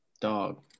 dog